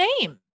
name